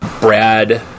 Brad